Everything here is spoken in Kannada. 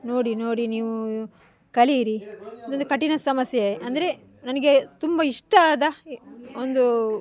ನೋಡಿ ನೋಡಿ ನೀವು ಕಲಿಯಿರಿ ಇದೊಂದು ಕಠಿಣ ಸಮಸ್ಯೆ ಅಂದರೆ ನನಗೆ ತುಂಬ ಇಷ್ಟವಾದ ಒಂದು